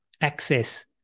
access